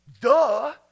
Duh